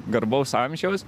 garbaus amžiaus